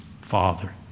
father